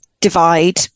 divide